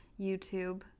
YouTube